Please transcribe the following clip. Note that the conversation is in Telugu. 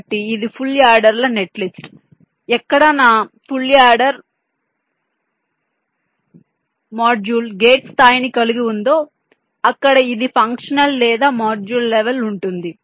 కాబట్టి ఇది ఫుల్ యాడర్ల నెట్లిస్ట్ ఎక్కడ నా ఫుల్ యాడర్ మాడ్యూల్ గేట్ స్థాయిని కలిగి ఉందో అక్కడ ఇది ఫంక్షనల్ లేదా మాడ్యూల్ లెవల్ లో ఉంటుంది